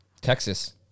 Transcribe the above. Texas